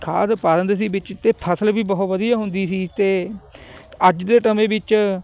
ਖਾਦ ਪਾ ਦਿੰਦੇ ਸੀ ਵਿੱਚ ਅਤੇ ਫ਼ਸਲ ਵੀ ਬਹੁਤ ਵਧੀਆ ਹੁੰਦੀ ਸੀ ਅਤੇ ਅੱਜ ਦੇ ਸਮੇਂ ਵਿੱਚ